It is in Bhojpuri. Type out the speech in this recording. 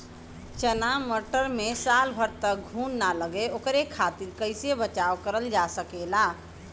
चना मटर मे साल भर तक घून ना लगे ओकरे खातीर कइसे बचाव करल जा सकेला?